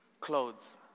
clothes